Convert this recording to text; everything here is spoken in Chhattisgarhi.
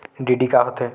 डी.डी का होथे?